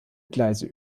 gleise